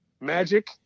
magic